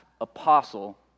apostle